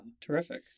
Terrific